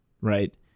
right